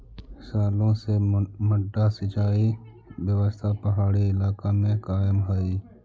सालो से मड्डा सिंचाई व्यवस्था पहाड़ी इलाका में कायम हइ